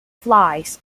flies